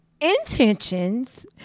Intentions